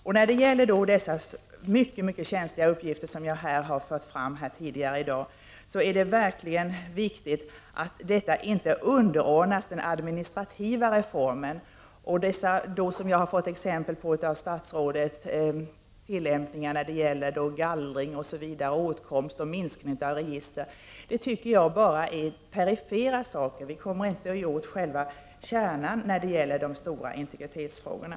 Det är verkligen viktigt att de mycket känsliga uppgifter som jag tidigare i dag har talat om inte underordnas den administrativa reformen. Jag anser att de exempel som statsrådet nämnde vad gäller gallring, åtkomst, minskning av antalet register osv. bara är perifera åtgärder. Vi kommer med dessa åtgärder inte åt själva kärnan vad gäller de stora integritetsfrågorna.